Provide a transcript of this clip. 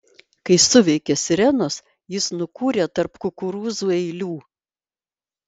kai suveikė sirenos jis nukūrė tarp kukurūzų eilių